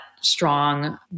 strong